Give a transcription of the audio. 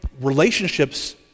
relationships